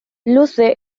luce